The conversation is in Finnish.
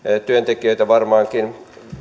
työntekijöitä varmaankin